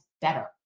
better